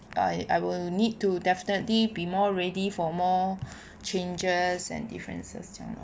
I I will need to definitely be more ready for more changes and differences 这样 lor